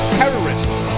terrorists